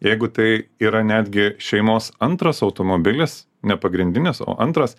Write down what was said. jeigu tai yra netgi šeimos antras automobilis nepagrindinis o antras